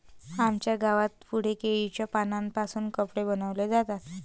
आमच्या गावाच्या पुढे केळीच्या पानांपासून कपडे बनवले जातात